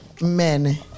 men